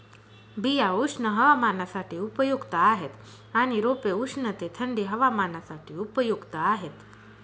बिया उष्ण हवामानासाठी उपयुक्त आहेत आणि रोपे उष्ण ते थंडी हवामानासाठी उपयुक्त आहेत